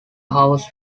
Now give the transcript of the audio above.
house